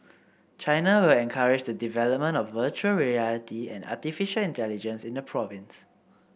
China will encourage the development of virtual reality and artificial intelligence in the province